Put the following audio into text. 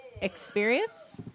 experience